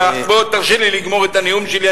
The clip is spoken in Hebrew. תרשה לי לגמור את הנאום שלי,